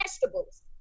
vegetables